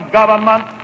government